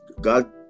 God